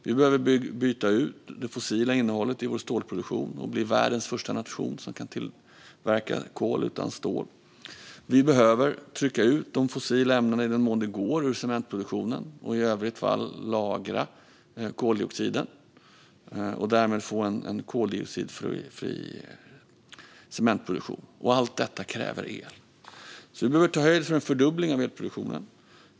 Vi behöver byta ut det fossila innehållet i vår stålproduktion och bli världens första nation som kan tillverka stål utan kol. Vi behöver, i den mån det går, trycka ut de fossila ämnena ur cementproduktionen och i övrigt lagra koldioxiden och därmed få en koldioxidfri cementproduktion. Allt detta kräver el. Vi behöver alltså ta höjd för en fördubbling av elproduktionen.